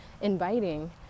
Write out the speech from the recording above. inviting